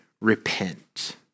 repent